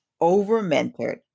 over-mentored